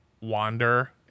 wander